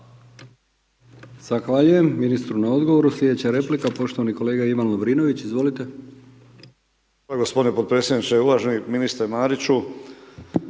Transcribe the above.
Zahvaljujem ministru na odgovoru. Slijedeća replika poštovani kolega Ivan Lovrinović, izvolite.